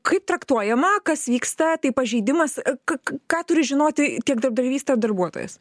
kaip traktuojama kas vyksta tai pažeidimas ak k ką turi žinoti tiek darbdavys tiek darbuotojas